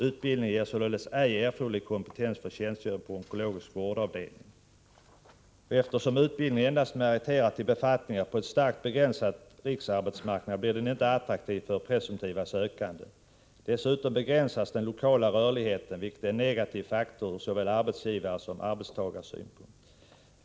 Utbildningen ger således ej erforderlig kompetens för tjänstgöring på onkologisk vårdavdelning. Eftersom utbildningen endast meriterar till befattningar på en starkt begränsad riksarbetsmarknad blir den inte attraktiv för presumtiva sökande. Dessutom begränsas den lokala rörligheten, vilket är en negativ faktor ur såväl arbetsgivarsom arbetstagarsynpunkt.